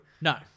No